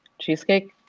Cheesecake